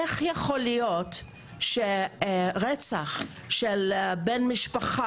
איך יכול להיות שרצח של בן משפחה,